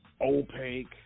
opaque